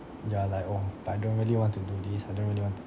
you are like oh but I don't really want to do this I don't really want to